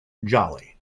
jolly